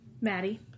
Maddie